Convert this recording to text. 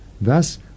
Thus